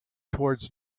towards